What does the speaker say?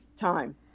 time